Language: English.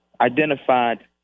identified